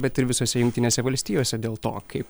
bet ir visose jungtinėse valstijose dėl to kaip